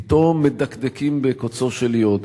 פתאום מדקדקים בקוצו של יו"ד.